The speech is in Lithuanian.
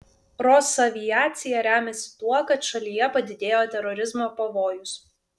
rosaviacija remiasi tuo kad šalyje padidėjo terorizmo pavojus